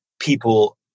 people